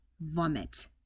vomit